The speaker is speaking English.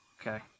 okay